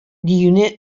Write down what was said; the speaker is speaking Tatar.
диюне